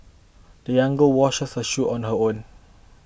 the young girl washed her shoe on her own